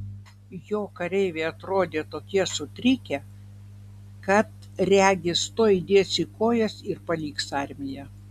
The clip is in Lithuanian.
jo kareiviai atrodė tokie sutrikę kad regis tuoj dės į kojas ir paliks armiją